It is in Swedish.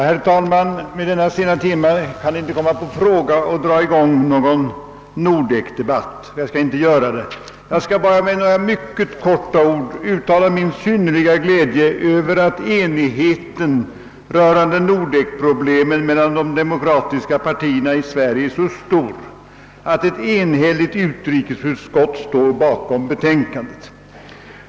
Herr talman! Vid denna sena timme kan det inte komma i fråga att dra i gång någon Nordek-debatt, och jag skall inte göra det. Jag skall bara med några få ord uttala min synnerliga glädje över att enigheten mellan de demokratiska partierna i Sverige är så stor att ett enhälligt utrikesutskott står bakom utlåtandet.